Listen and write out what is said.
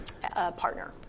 partner